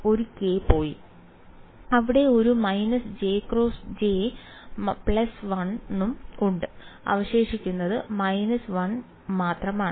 ഒരു k പോയി അവിടെ ഒരു − j × j 1 ഉം ശേഷിക്കുന്നത് − 1 ഉം ആണ്